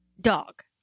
Dog